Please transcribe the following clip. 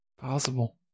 Possible